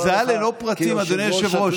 אבל זה היה ללא פרטים, אדוני היושב-ראש.